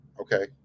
okay